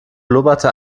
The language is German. blubberte